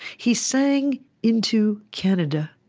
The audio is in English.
he sang into canada.